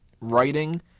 writing